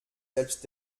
selbst